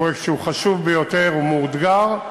פרויקט שהוא חשוב ביותר ומאותגר,